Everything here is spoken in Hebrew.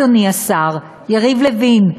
אדוני השר יריב לוין,